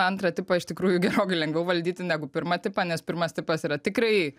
antrą tipą iš tikrųjų gerokai lengviau valdyti negu pirma tipą nes pirmas tipas yra tikrai